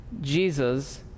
Jesus